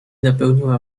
napełniła